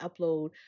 upload